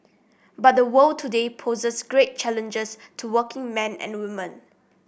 but the world today poses special challenges to working men and women